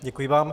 Děkuji vám.